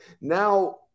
Now